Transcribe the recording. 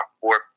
fourth